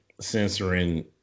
censoring